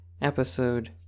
episode